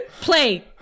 play